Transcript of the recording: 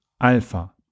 Alpha